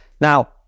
Now